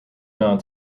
known